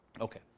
Okay